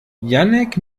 jannick